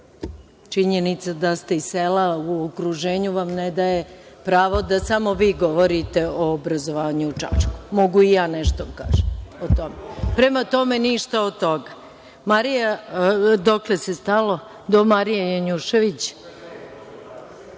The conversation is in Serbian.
Činjenica da ste iz sela u okruženju vam ne daje pravo da samo vi govorite o obrazovanju u Čačku, mogu i ja nešto da kažem o tome. Prema tome, ništa od toga. Dokle se stalo sa listom? Do Marije Janjušević. Da